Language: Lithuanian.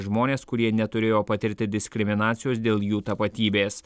žmones kurie neturėjo patirti diskriminacijos dėl jų tapatybės